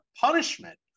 punishment